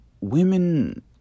women